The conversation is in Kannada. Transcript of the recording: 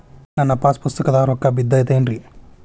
ನನ್ನ ಪಾಸ್ ಪುಸ್ತಕದಾಗ ರೊಕ್ಕ ಬಿದ್ದೈತೇನ್ರಿ?